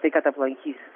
tai kad aplankys